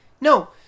No